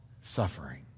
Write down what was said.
suffering